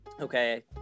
okay